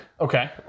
Okay